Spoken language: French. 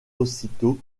aussitôt